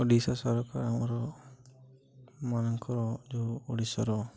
ଓଡ଼ିଶା ସରକାର ଆମର ମାନଙ୍କର ଯୋଉ ଓଡ଼ିଶାର